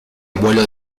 abuelo